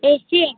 ए C है